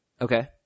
Okay